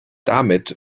damit